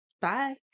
Bye